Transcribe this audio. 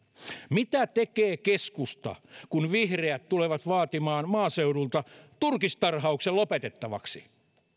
mitä tekee keskusta kun vihreät tulevat vaatimaan maaseudulta turkistarhauksen lopetettavaksi